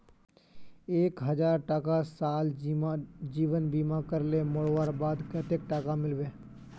एक हजार टका साल जीवन बीमा करले मोरवार बाद कतेक टका मिलबे?